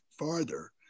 farther